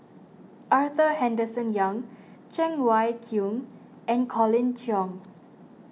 Arthur Henderson Young Cheng Wai Keung and Colin Cheong